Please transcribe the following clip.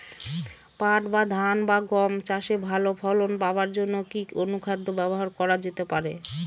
পাট বা ধান বা গম চাষে ভালো ফলন পাবার জন কি অনুখাদ্য ব্যবহার করা যেতে পারে?